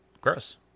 gross